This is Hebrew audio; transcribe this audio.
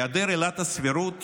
היעדר עילת הסבירות